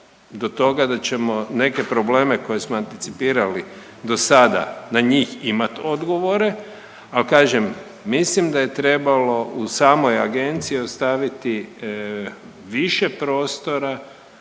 do toga da ćemo neke probleme koje smo anticipirali do sada na njih imat odgovore. Ali kažem, mislim da je trebalo u samoj agenciji ostaviti više prostora